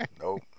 Nope